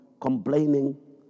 complaining